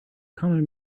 common